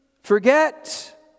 forget